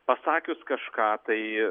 pasakius kažką tai